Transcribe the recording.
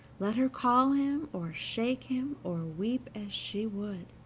let her call him, or shake him, or weep as she would,